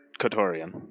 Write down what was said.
Katorian